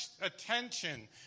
attention